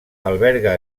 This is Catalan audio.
alberga